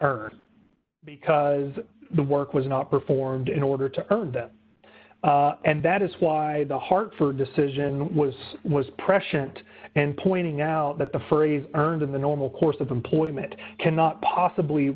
because the work was not performed in order to earn them and that is why the hartford decision was was precious and pointing out that the phrase earned in the normal course of employment cannot possibly